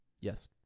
Yes